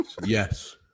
Yes